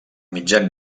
mitjan